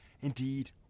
Indeed